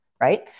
right